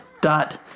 dot